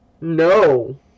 No